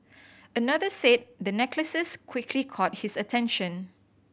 another said the necklaces quickly caught his attention